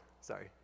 Sorry